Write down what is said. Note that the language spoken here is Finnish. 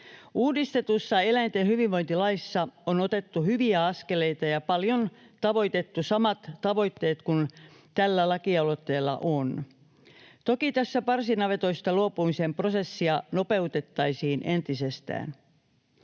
Uudistetussa eläinten hyvinvointilaissa on otettu hyviä askeleita ja paljon tavoitettu samoja tavoitteita kuin tällä lakialoitteella on — toki tässä parsinavetoista luopumisen prosessia nopeutettaisiin entisestään.